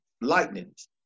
lightnings